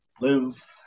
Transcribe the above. live